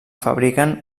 fabriquen